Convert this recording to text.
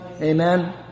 Amen